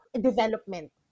development